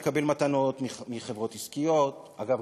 לקבל מתנות מחברות עסקיות אגב,